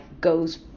goes